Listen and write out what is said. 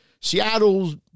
Seattle's